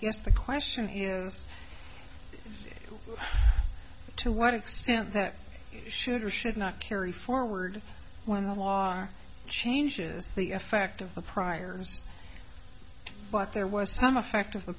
guess the question as to what extent that should or should not carry forward when the laws are changed is the effect of the priors but there was some effect of